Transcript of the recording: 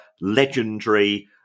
legendary